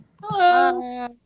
Hello